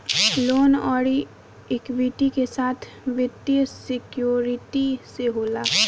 loan अउर equity के साथ वित्तीय सिक्योरिटी से होला